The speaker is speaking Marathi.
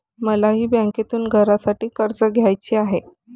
मलाही बँकेतून घरासाठी कर्ज घ्यायचे आहे